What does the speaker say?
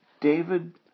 David